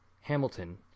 Hamilton